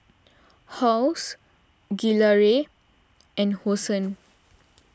Halls Gilera and Hosen